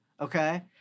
Okay